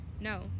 No